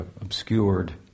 obscured